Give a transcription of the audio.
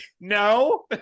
No